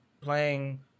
playing